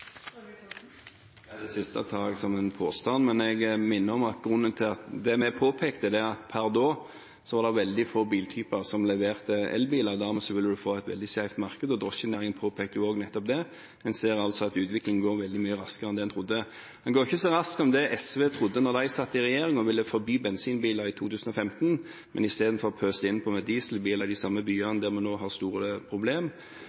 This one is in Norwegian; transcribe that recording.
Det siste tar jeg som en påstand, men jeg minner om at det vi påpekte, var at det per da var veldig få biltyper som leverte elbiler. Dermed ville man få et veldig skjevt marked, og drosjenæringen påpekte også nettopp det. Man ser altså at utviklingen går veldig mye raskere enn det man trodde. Den går ikke så raskt som SV trodde da de satt i regjering og ville forby bensinbiler i 2015, men isteden pøste innpå med dieselbiler i de samme byene der vi nå har store